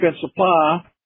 Supply